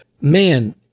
man